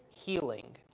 healing